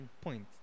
point